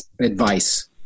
advice